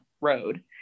road